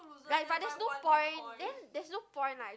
like but there's no point then there's not point lah